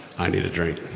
i need a drink.